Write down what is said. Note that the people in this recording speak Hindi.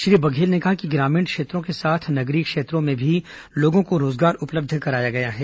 श्री बघेल ने कहा कि ग्रामीण क्षेत्रों के साथ नगरीय क्षेत्रों में भी लोगों को रोजगार उपलब्ध कराया गया है